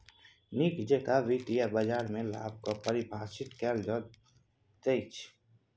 नीक जेकां वित्तीय बाजारमे लाभ कऽ परिभाषित कैल जाइत छै